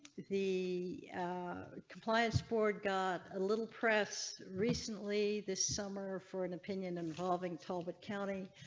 the compliance board got a little press recently this summer for an opinion involving talbot county.